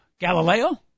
Galileo